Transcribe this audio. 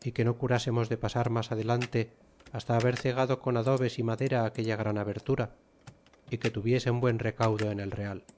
y que no curásemos de pasar mas adelante hasta haber cegado con adobes y madera aquella gran abertura y que tuviesen buen recaudo en el real